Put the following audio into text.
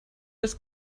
das